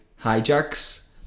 hijacks